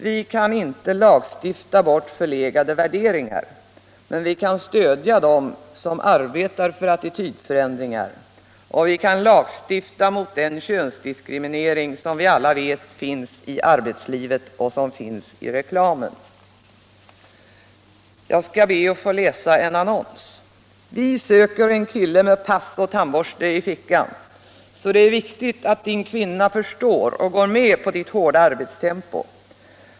Vi kan inte lagstifta bort förlegade värderingar, men vi kan stödja dem som arbetar för attitydförändringar. och vi kan lagstifta mot den könsdiskriminering som vi alla vet finns i arbetslivet och i reklamen. Jag skall be att få läsa en annons: ”Vi söker en kille med pass och tandborste i fickan. Så det är viktigt att din kvinna förstår och går med på ditt hårda arbetstempo.